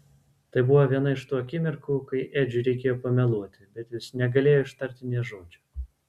tai buvo viena iš tų akimirkų kai edžiui reikėjo pameluoti bet jis negalėjo ištarti nė žodžio